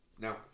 Now